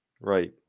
right